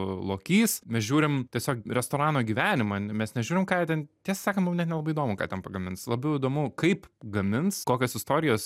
lokys mes žiūrim tiesiog restorano gyvenimą mes nežiūrim ką jie ten tiesą sakant mum net nelabai įdomu ką ten pagamins labiau įdomu kaip gamins kokios istorijos